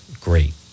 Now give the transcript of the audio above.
Great